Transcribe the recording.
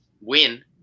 win